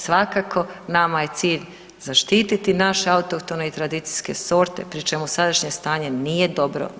Svakako nama je cilj zaštititi naše autohtone i tradicijske sorte pri čemu sadašnje stanje nije dobro.